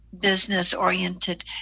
business-oriented